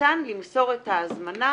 ניתן למסור את ההזמנה